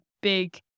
big